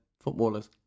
footballers